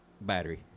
battery